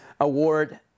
award